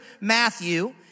Matthew